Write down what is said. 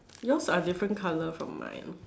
yours are different colour from mine